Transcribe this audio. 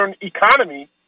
economy